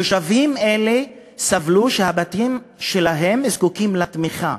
תושבים אלה סבלו, הבתים שלהם היו זקוקים לתמיכה,